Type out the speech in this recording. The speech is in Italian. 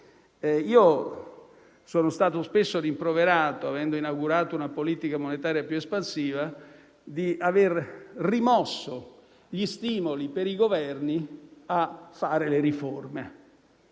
sono stato spesso rimproverato, avendo inaugurato una politica monetaria più espansiva, di aver rimosso gli stimoli per i Governi a fare le riforme.